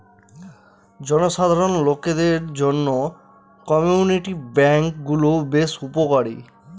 জনসাধারণ লোকদের জন্য কমিউনিটি ব্যাঙ্ক গুলো বেশ উপকারী